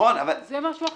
זה משהו אחר.